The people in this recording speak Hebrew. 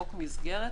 חוק מסגרת,